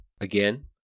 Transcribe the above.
Again